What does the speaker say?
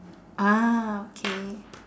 ah okay